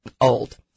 old